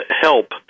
help